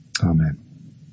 Amen